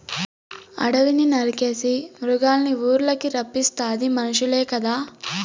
అడివిని నరికేసి మృగాల్నిఊర్లకి రప్పిస్తాది మనుసులే కదా